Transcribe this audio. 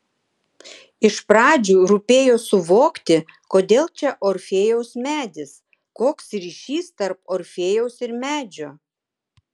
iš pradžių rūpėjo suvokti kodėl čia orfėjaus medis koks ryšys tarp orfėjaus ir medžio